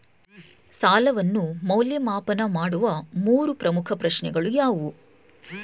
ಸಾಲವನ್ನು ಮೌಲ್ಯಮಾಪನ ಮಾಡುವ ಮೂರು ಪ್ರಮುಖ ಪ್ರಶ್ನೆಗಳು ಯಾವುವು?